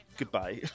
goodbye